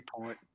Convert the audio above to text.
point